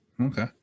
Okay